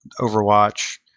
Overwatch